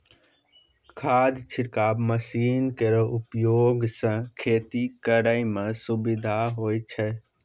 खाद छिड़काव मसीन केरो उपयोग सँ खेती करै म सुबिधा होय छै